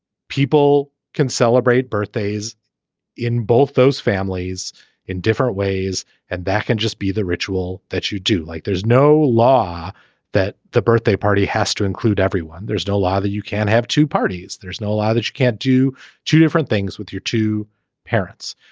people can celebrate birthdays in both those families in different ways and that can just be the ritual that you do. like there's no law that the birthday party has to include everyone. there's no law that you can't have two parties. there's no law that can't do two different things with your two parents.